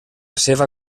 seva